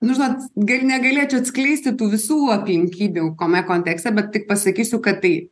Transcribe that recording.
nu žinot gal negalėčiau atskleisti tų visų aplinkybių kuome kontekste bet tik pasakysiu kad tai